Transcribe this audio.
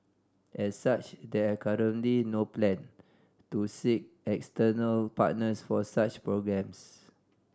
as such there are currently no plan to seek external partners for such programmes